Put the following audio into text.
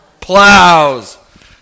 plows